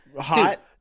hot